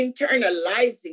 internalizing